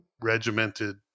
regimented